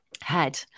head